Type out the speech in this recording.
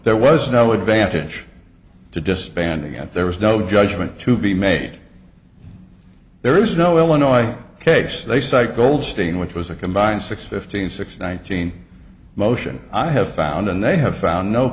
there was no advantage to disbanding it there was no judgment to be made there is no illinois case they cite goldstein which was a combined six fifteen six nineteen motion i have found and they have found no